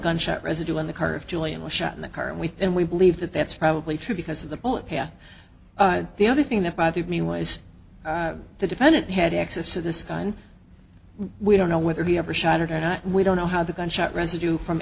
gunshot residue in the car of julian was shot in the car and we and we believe that that's probably true because the bullet yeah the other thing that bothered me was the defendant had access to this and we don't know whether he ever shot or not we don't know how the gunshot residue from